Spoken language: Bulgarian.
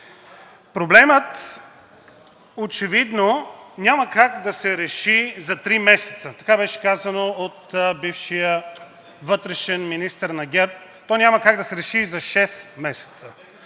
Проблемът очевидно няма как да се реши за три месеца. Така беше казано от бившия вътрешен министър на ГЕРБ. То няма как да се реши и за шест месеца.